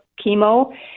chemo